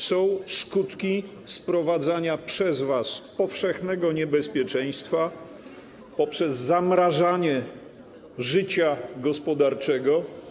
Są skutki sprowadzania przez was powszechnego niebezpieczeństwa poprzez zamrażanie życia gospodarczego.